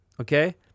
okay